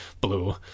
blue